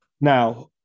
Now